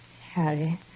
Harry